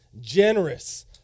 generous